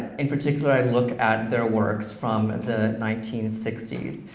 in particular, i look at their works from the nineteen sixty s.